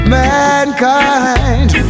mankind